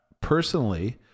Personally